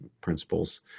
principles